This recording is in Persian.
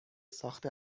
ساخت